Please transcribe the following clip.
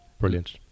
brilliant